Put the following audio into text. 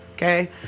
Okay